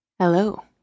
Hello